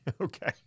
Okay